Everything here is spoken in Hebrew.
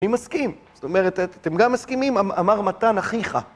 אני מסכים. זאת אומרת, אתם גם מסכימים? אמר מתן אחיך.